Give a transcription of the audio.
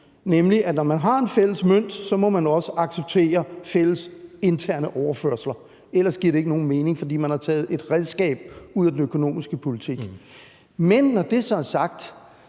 nemlig at når man har en fælles mønt, må man også acceptere fælles interne overførsler, ellers giver det ikke nogen mening, for man har taget et redskab ud af den økonomiske politik. Men når det så er sagt,